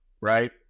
right